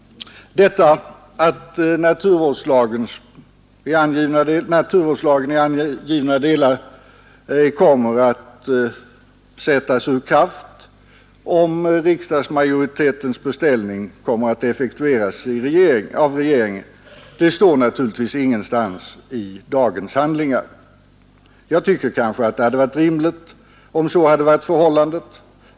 Att naturvårdslagen i angivna delar kommer att sättas ur kraft om riksdagsmajoritetens beställning effektueras av regeringen står naturligtvis ingenstans i dagens handlingar. Jag tycker att det hade varit rimligt om så hade varit förhållandet.